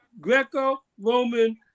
Greco-Roman